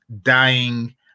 dying